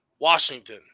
Washington